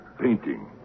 painting